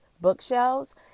bookshelves